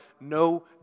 no